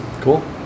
Cool